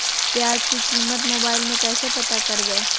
प्याज की कीमत मोबाइल में कैसे पता करबै?